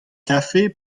kafe